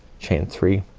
chain three